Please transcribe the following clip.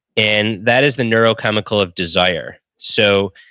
and that is the neurochemical of desire. so,